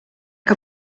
que